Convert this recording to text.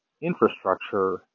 infrastructure